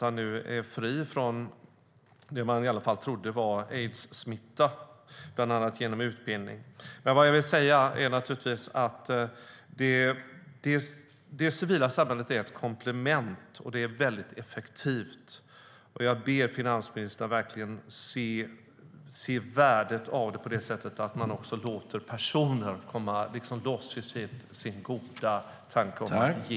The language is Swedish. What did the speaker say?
Han är nu fri från det som man i alla fall trodde var aidssmitta. Det handlar bland annat om utbildning. Vad jag vill säga är naturligtvis: Det civila samhället är ett komplement, och det är väldigt effektivt. Jag ber finansministern att se värdet av det på det sättet att man också låter personer komma loss i sin goda tanke om att ge.